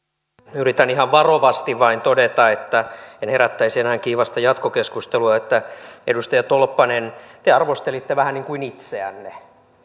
yritän ihan varovasti vain todeta että en herättäisi enää kiivasta jatkokeskustelua edustaja tolppanen te arvostelitte vähän ikään kuin itseänne